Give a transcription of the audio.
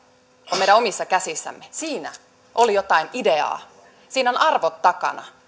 on meidän omissa käsissämme siinä oli jotain ideaa siinä on arvot takana